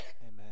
amen